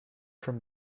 from